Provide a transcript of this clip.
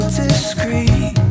discreet